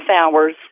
hours